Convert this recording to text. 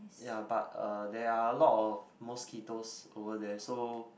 ya but uh there are a lot of mosquitoes over there so